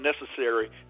necessary